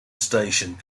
station